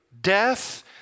death